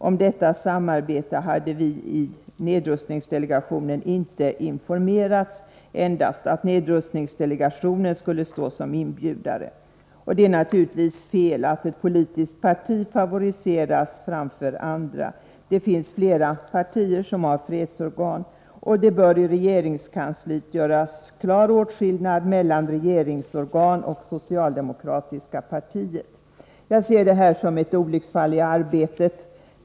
Om detta samarbete hade vi i nedrustningsdelegationen inte informerats — endast om att nedrustningsdelegationen skulle stå som inbjudare. Det är naturligtvis fel att ett visst politiskt parti favoriseras framför andra. Det finns flera partier som har fredsorgan, och man bör i regeringskansliet göra klar åtskillnad mellan regeringsorgan och det socialdemokratiska partiet. Jag ser detta som ett olycksfall i arbetet.